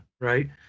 right